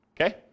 Okay